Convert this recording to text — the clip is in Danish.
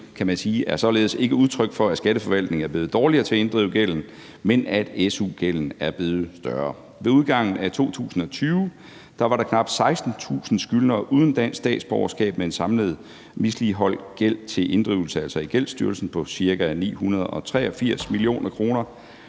kan man sige – er således ikke et udtryk for, at Skatteforvaltningen er blevet dårligere til at inddrive gælden, men at su-gælden er blevet større. Ved udgangen af 2020 var der knap 16.000 skyldnere uden dansk statsborgerskab med en samlet misligholdt gæld til inddrivelse i Gældsstyrelsen på ca. 983 mio. kr.